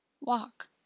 walk